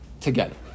together